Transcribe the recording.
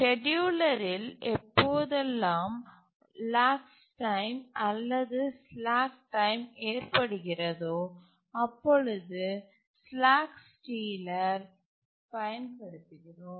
செட்யூலரில் எப்பொழுதெல்லாம் lax time அல்லது slack time ஏற்படுகிறதோ அப்பொழுது சிலாக்ஸ்டீலர் பயன் படுத்துகிறோம்